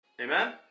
Amen